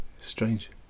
strange